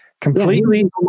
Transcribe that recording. Completely